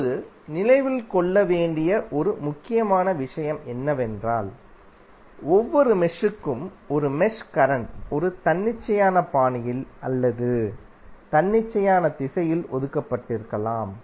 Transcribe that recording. இப்போது நினைவில் கொள்ள வேண்டிய ஒரு முக்கியமான விஷயம் என்னவென்றால் ஒவ்வொரு மெஷ்க்கும் ஒரு மெஷ் கரண்ட் ஒரு தன்னிச்சையான பாணியில் அல்லது தன்னிச்சையான திசையில் ஒதுக்கப்பட்டிருக்கலாம்